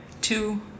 two